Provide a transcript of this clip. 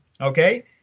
okay